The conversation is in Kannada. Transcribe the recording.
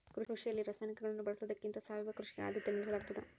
ಕೃಷಿಯಲ್ಲಿ ರಾಸಾಯನಿಕಗಳನ್ನು ಬಳಸೊದಕ್ಕಿಂತ ಸಾವಯವ ಕೃಷಿಗೆ ಆದ್ಯತೆ ನೇಡಲಾಗ್ತದ